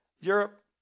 Europe